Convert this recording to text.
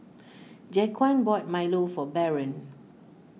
Jaquan bought Milo for Barron